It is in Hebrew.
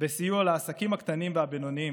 וסיוע לעסקים הקטנים והבינוניים,